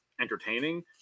entertaining